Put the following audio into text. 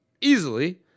easily